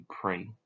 pray